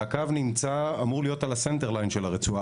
והקו אמור להיות על ה- Center line של הרצועה,